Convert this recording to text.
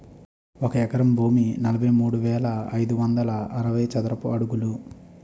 ఒక ఎకరం భూమి నలభై మూడు వేల ఐదు వందల అరవై చదరపు అడుగులు